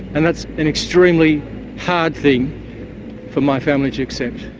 and that's an extremely hard thing for my family to accept.